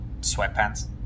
sweatpants